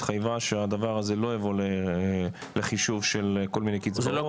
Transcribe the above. התחייבה שהדבר הזה לא יבוא לחישוב של כל מיני קצבאות.